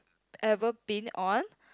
ever been on